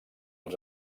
als